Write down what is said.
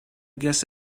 guess